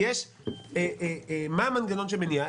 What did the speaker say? מה המנגנון שמניע?